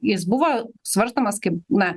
jis buvo svarstomas kaip na